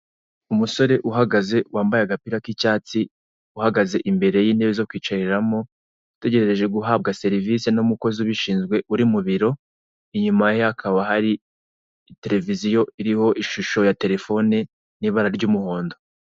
Umusore uhagaze wambaye agapira k'icyatsi, uhagaze imbere y'intebe zo kwicariramo, utegerereje guhabwa serivise n'umukozi ubishinzwe uri mu biro, inyuma ye hakaba hari tereviziyo iriho ishusho ya telefone n'ibara ry'umuhondo.